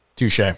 Touche